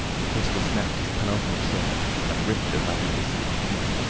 the pistol snapped its penultimate shot and ripped a valuable sidney cooper.